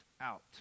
out